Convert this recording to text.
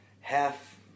half